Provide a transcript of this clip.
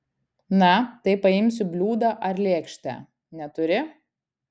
na tai paimsiu bliūdą ar lėkštę neturi